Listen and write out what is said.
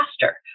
faster